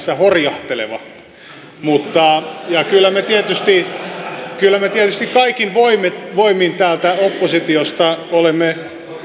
horjahteleva kyllä me tietysti kaikin voimin täältä oppositiosta olemme